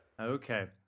Okay